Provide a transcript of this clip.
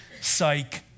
psych